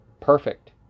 Perfect